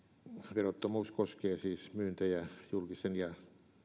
verottomuus koskee siis myyntejä